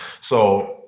So-